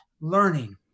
learning